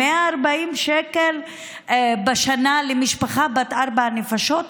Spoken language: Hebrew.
140 שקל בשנה למשפחה בת ארבע נפשות?